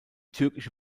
türkische